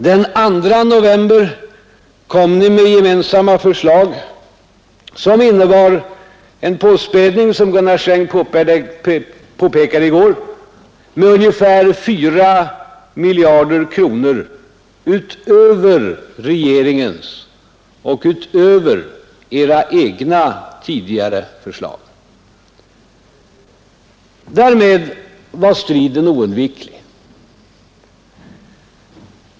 Den 2 november kom ni med gemensamma förslag som innebar en påspädning, som Gunnar Sträng påpekade i går, med ungefär 4 miljarder kronor utövar regeringens och utöver era egna tidigare förslag. Därmed var striden oundviklig.